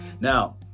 Now